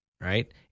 right